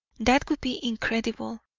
that would be incredible,